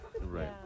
Right